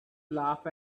laugh